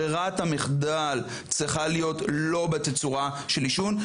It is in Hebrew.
ברירת המחדל צריכה להיות לא בתצורה של עישון.